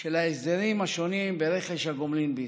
של ההסדרים השונים ברכש הגומלין בישראל.